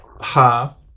Half